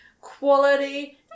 quality